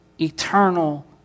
eternal